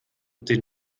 den